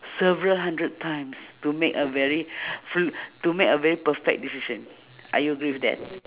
several hundred times to make a very fr~ to make a very perfect decision are you agree with that